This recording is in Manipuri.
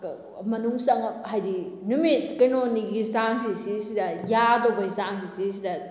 ꯃꯅꯨꯡ ꯍꯥꯏꯗꯤ ꯅꯨꯃꯤꯠ ꯀꯩꯅꯣꯅꯤꯒꯤ ꯆꯥꯡꯁꯤ ꯁꯤꯗꯩꯁꯤꯗ ꯌꯥꯗꯧꯕ ꯆꯥꯡꯁꯤ ꯁꯤꯗꯩꯁꯤꯗ